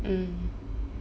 mm